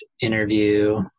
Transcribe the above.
interview